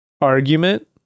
argument